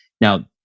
Now